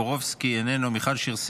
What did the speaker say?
יואב סגלוביץ' איננו,